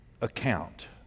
account